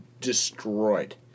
destroyed